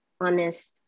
honest